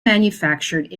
manufactured